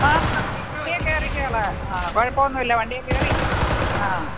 ആ കയറി കയറിക്കോളാം ആ കുഴപ്പം ഒന്നുമില്ല വണ്ടിയിൽ കയറി ആ